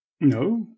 No